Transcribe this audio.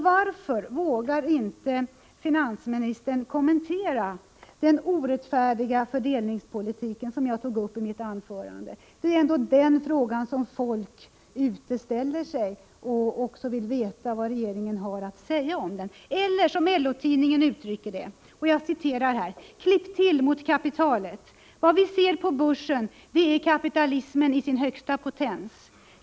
Varför vågar inte finansministern kommentera den orättfärdiga fördelningspolitiken, som jag tog upp i mitt anförande? Det är ändå den frågan som folk ställer. Man vill veta vad regeringen har att säga om den. Eller som LO-tidningen uttrycker det: Klipp till mot kapitalet! Vad vi ser på börsen, det är kapitalismen i sin högsta potens.